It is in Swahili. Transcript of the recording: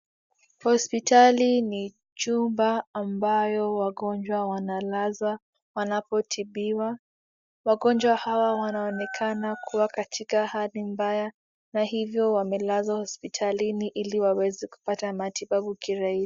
Hospitali ni chumba ambayo wagonjwa wanalazwa wanapotibiwa. Wagonjwa hawa wanaonekana kuwa katika hali mbaya na hivyo wamelazwa hospitalini ili kupata matibabu kirahisi.